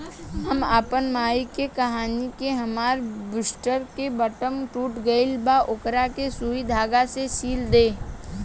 हम आपन माई से कहनी कि हामार बूस्टर के बटाम टूट गइल बा ओकरा के सुई धागा से सिल दे